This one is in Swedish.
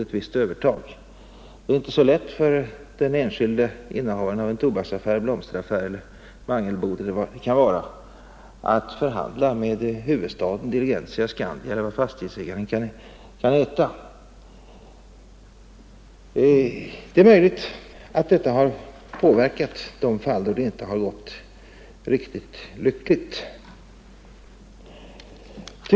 Det är sannerligen inte så lätt för den enskilde innehavaren av en tobaksaffär, en blomsterhandel, en mangelbod eller vad det nu kan vara, att förhandla med Hufvudstaden, Diligentia, Skandia eller vad fastighetsägaren kan heta. Det är möjligt att detta har inverkat i de fall där det inte har gått så lyckligt.